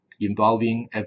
involving